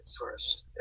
first